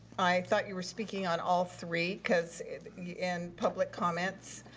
i thought you were speaking on all three, cause in public comments,